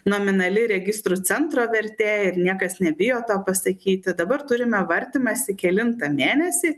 nominali registrų centrą vertė ir niekas nebijo to pasakyti dabar turime vartymąsi kelintą mėnesį